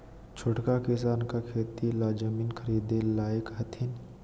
छोटका किसान का खेती ला जमीन ख़रीदे लायक हथीन?